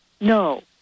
No